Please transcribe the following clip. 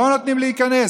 לא נותנים להיכנס.